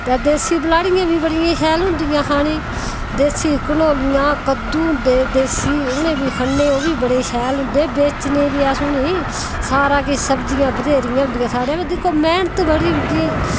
ते देस्सी बलाड़ियां बी बड़ियां शैल होंदियां खाने ई देस्सी कनोह्लियां कद्दू होंदे देस्सी उ'ने बी खन्ने ओह् बी बड़े शैल होंदे बेचने बी अस उ'नें सारा किश सब्जियां बत्हेरियां होंदियां साढ़ै व दिक्खो मेह्नत बड़ी होंदी